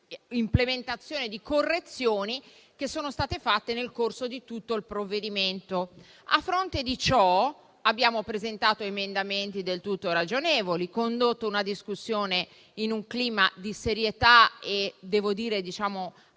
implementazione di correzioni che sono state fatte nel corso di tutto il provvedimento. A fronte di ciò, abbiamo presentato emendamenti del tutto ragionevoli e abbiamo condotto una discussione in un clima di serietà e, anche con